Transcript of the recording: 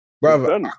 Brother